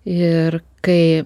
ir kai